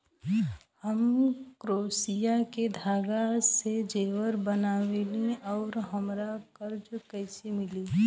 हम क्रोशिया के धागा से जेवर बनावेनी और हमरा कर्जा कइसे मिली?